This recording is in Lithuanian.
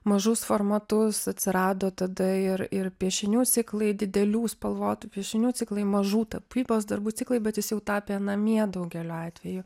mažus formatus atsirado tada ir ir piešinių ciklai didelių spalvotų piešinių tai mažų tapybos darbų ciklai bet jis jau tapė namie daugeliu atveju